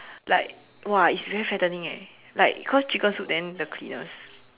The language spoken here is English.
like !wah! it's very fattening leh like cause chicken soup then the cleaners